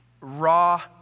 raw